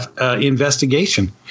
investigation